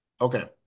Okay